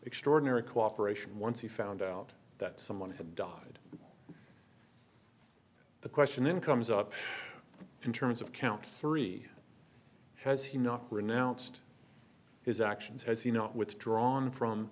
extraordinary cooperation once he found out that someone had died the question then comes up in terms of count three has he not renounced his actions has he not withdrawn from